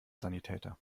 sanitäter